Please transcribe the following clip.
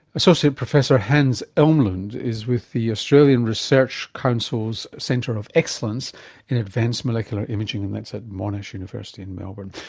associate professor hans elmlund is with the australian research council's centre of excellence in advanced molecular imaging, and that's at monash university in melbourne.